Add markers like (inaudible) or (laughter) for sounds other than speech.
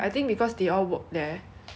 filipino friend (noise)